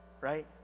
right